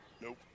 Nope